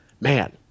man